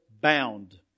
bound